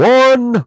one